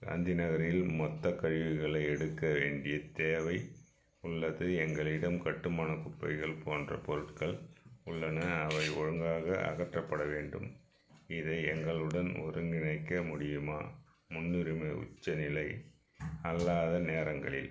காந்தி நகரில் மொத்தக் கழிவுகளை எடுக்க வேண்டிய தேவை உள்ளது எங்களிடம் கட்டுமானக் குப்பைகள் போன்ற பொருட்கள் உள்ளன அவை ஒழுங்காக அகற்றப்பட வேண்டும் இதை எங்களுடன் ஒருங்கிணைக்க முடியுமா முன்னுரிமை உச்சநிலை அல்லாத நேரங்களில்